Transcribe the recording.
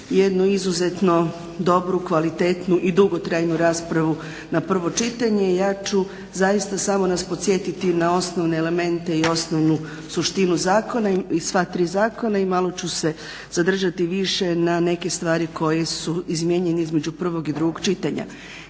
jednu izuzetno dobru kvalitetnu i dugotrajnu raspravu na prvo čitanje ja ću zaista samo nas podsjetiti na osnovne elemente i osnovnu suštinu zakona i sva tri zakona i malo ću se zadržati više na neke stvari koje su izmijenjene između prvog i drugog čitanja.